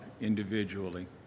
individually